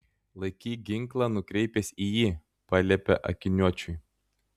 laikyk ginklą nukreipęs į jį paliepė akiniuočiui